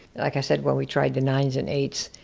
like i said, when we tried the nines and eights,